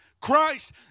Christ